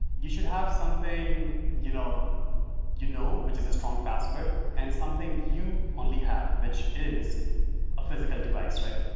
you should have something you know you know which is a strong password and something you only have which is a physical device right?